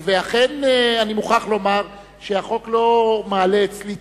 ואכן, אני מוכרח לומר שהחוק לא, מעלה אצלי תמיהות,